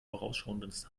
vorausschauendes